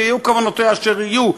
יהיו כוונותיה אשר יהיו,